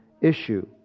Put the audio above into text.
issue